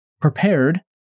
prepared